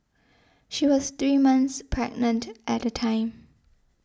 she was three months pregnant at the time